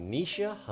Nisha